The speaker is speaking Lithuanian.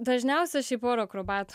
dažniausia šiaip oro akrobat